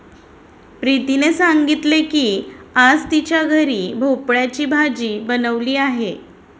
प्रीतीने सांगितले की आज तिच्या घरी भोपळ्याची भाजी बनवली आहे